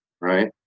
right